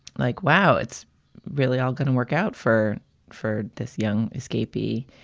like, wow, it's really all going to work out for for this young escapee.